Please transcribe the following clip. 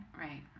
Right